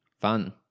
Fun